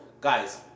Guys